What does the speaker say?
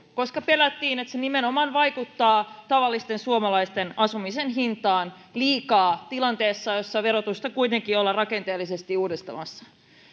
koska pelättiin että se nimenomaan vaikuttaa tavallisten suomalaisten asumisen hintaan liikaa tilanteessa jossa verotusta kuitenkin ollaan rakenteellisesti uudistamassa